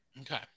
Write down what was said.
Okay